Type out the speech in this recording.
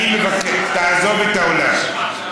אני מבקש, תעזוב את האולם.